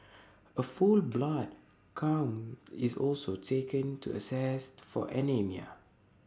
A full blood count is also taken to assess for anaemia